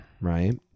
Right